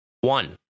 One